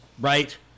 right